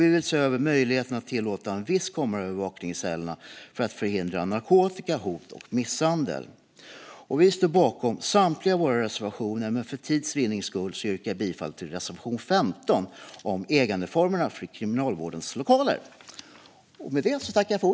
Vi vill se över möjligheterna att tillåta viss kameraövervakning i cellerna för att förhindra narkotika, hot och misshandel. Vi står bakom samtliga våra reservationer, men för tids vinning yrkar jag bifall endast till reservation 15 om ägandeformerna för Kriminalvårdens lokaler.